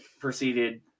Proceeded